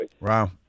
Wow